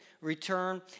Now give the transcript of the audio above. return